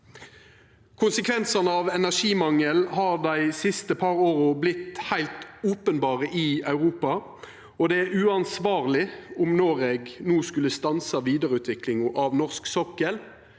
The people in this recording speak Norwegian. Konsekvensane av energimangel har dei siste par åra vorte heilt openberre i Europa, og det er uansvarleg om Noreg skulle stansa vidareutviklinga av norsk sokkel